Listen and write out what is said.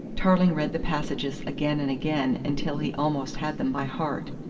tarling read the passages again and again until he almost had them by heart.